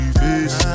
face